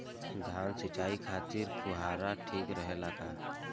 धान सिंचाई खातिर फुहारा ठीक रहे ला का?